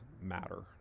matter